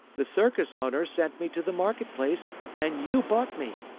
the circus owner sent me to the market place and you bought me.